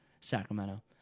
Sacramento